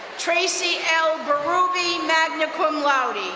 tracy l. barubi, magna cum laude.